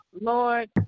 Lord